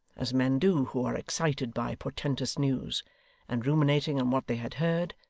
as men do who are excited by portentous news and ruminating on what they had heard,